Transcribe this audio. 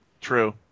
True